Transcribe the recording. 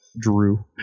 drew